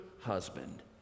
husband